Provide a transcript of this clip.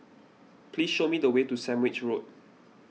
please show me the way to Sandwich Road